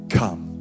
come